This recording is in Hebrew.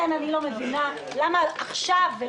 היא חשובה מאוד חברתית --- תטפלו בתחבורה הציבורית הכושלת בימי חול,